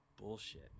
bullshit